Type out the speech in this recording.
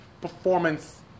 performance